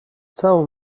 całą